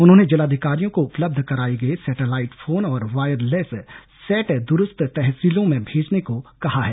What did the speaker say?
उन्होंने जिलाधिकारियों को उपलब्ध कराए गए सेटेलाइट फोन और वॉयरलेस सेट दूरस्थ तहसीलों में भेजने को कहा है